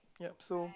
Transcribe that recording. yup so